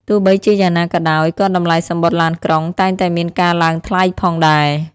ទោះបីជាយ៉ាងណាក៏ដោយ ក៏តម្លៃសំបុត្រឡានក្រុងតែងតែមានការឡើងថ្លៃផងដែរ។